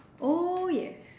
oh yes